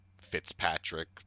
Fitzpatrick